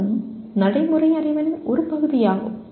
அதுவும் நடைமுறை அறிவின் ஒரு பகுதியாகும்